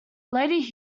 lady